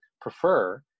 prefer